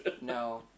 No